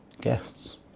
guests